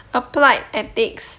applied ethics